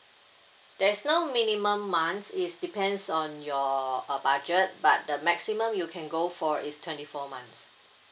there's no minimum months is depends on your uh budget but the maximum you can go for is twenty four months